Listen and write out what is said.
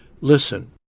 Listen